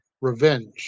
revenge